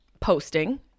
posting